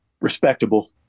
respectable